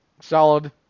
Solid